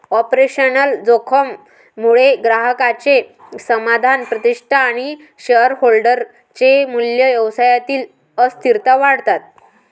operational जोखीम मुळे ग्राहकांचे समाधान, प्रतिष्ठा आणि शेअरहोल्डर चे मूल्य, व्यवसायातील अस्थिरता वाढतात